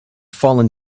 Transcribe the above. fallen